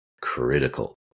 critical